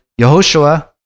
Yehoshua